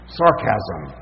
sarcasm